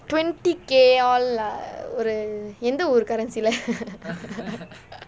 twenty K all lah ஒரு எந்த ஊரு:oru entha ooru currency இல்லே:illae